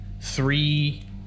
three